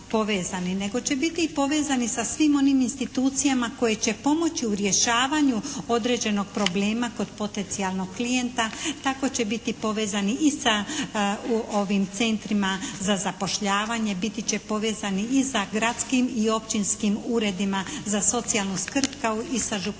nego će biti i povezani sa svim onim institucijama koje će pomoći u rješavanju određenog problema kod potencijalnog klijenta. Tako će biti povezani i sa centrima za zapošljavanje, biti će povezani i sa gradskim i općinskim uredima za socijalnu skrb kao i sa županijskim